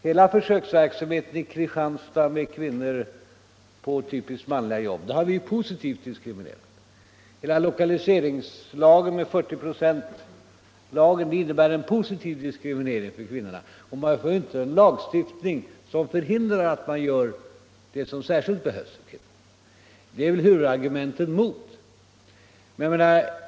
Hela försöksverksamheten i Kristianstad med kvinnor på typiskt manliga jobb representerar en sådan positiv diskriminering. Även 40-procentsregeln i samband med lokaliseringsverksamheten innebär en positiv diskriminering för kvinnor. Man får inte införa en lagstiftning som förhindrar det som särskilt behöver göras. Detta är väl huvudargumenten mot en lagstiftning beträffande könsdiskriminering.